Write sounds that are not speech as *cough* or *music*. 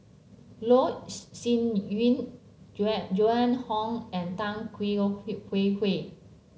Loh *unintelligible* Sin Yun Jue Joan Hon and Tan Kwee *unintelligible* Hwee Hwee